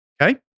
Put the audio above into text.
Okay